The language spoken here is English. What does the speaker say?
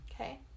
okay